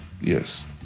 Yes